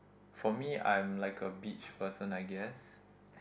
for me I'm like a beach person I guess